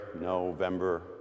November